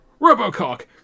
robocock